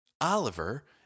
Oliver